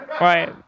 Right